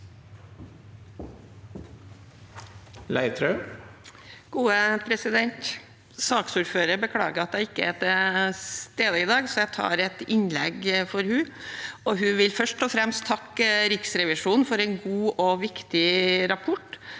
Leirtrø (A) Saksordføreren bekla- ger at hun ikke er til stede i dag, så jeg tar et innlegg for henne. Hun vil først og fremst takke Riksrevisjonen for en god og viktig rapport,